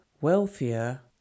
wealthier